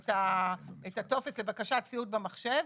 את הטופס לבקשת ציוד במחשב,